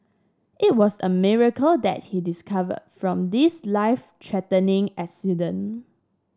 it was a miracle that he discover from this life threatening accident